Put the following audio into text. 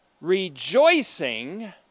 rejoicing